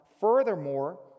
Furthermore